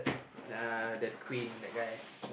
uh the Queen that guy